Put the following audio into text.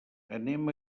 anem